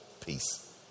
peace